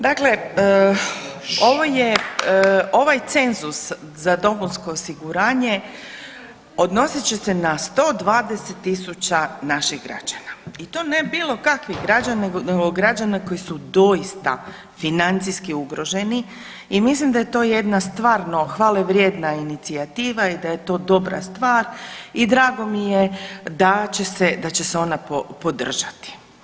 Dakle, ovo je ovaj cenzus za dopunsko osiguranje odnosit će se na 120 tisuća naših građana i to ne bilo kakvih građana, nego građana koji su doista financijski ugroženi i mislim da je to jedna stvarno hvale vrijedna inicijativa, i da je to dobra stvar i drago mi je da će se ona podržati.